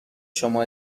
شما